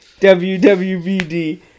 WWBD